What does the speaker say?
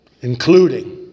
Including